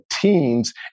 teens